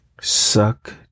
suck